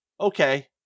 okay